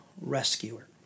rescuer